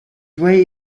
way